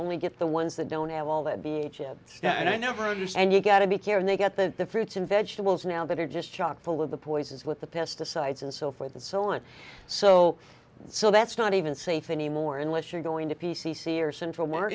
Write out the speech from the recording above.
only get the ones that don't have all that i never use and you got to be care and they get the fruits and vegetables now that are just chock full of the poisons with the pesticides and so forth and so on so so that's not even safe anymore unless you're going to p c c or central w